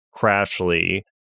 Crashly